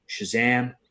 Shazam